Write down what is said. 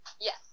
yes